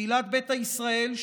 קהילת ביתא ישראל,